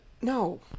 No